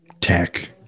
Tech